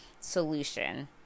solution